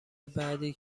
بعدی